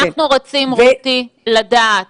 אנחנו רוצים, רותי, לדעת